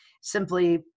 simply